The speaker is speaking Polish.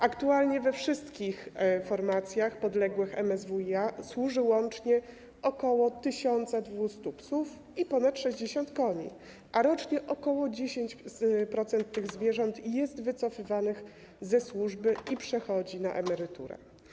Aktualnie we wszystkich formacjach podległych MSWiA służy łącznie ok. 1200 psów i ponad 60 koni, a rocznie ok. 10% tych zwierząt jest wycofywanych ze służby i przechodzi na emeryturę.